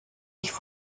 ich